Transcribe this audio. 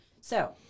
So-